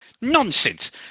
Nonsense